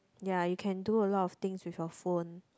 ya you can do a lot of things with your phone